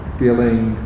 feeling